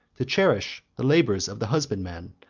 to cherish the labors of the husbandman,